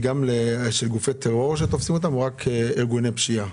זה גם לגופי טרור שתופסים אותם או רק ארגוני פשיעה?